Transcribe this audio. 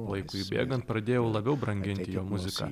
laikui bėgant pradėjau labiau branginti jo muziką